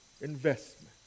investment